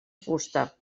fusta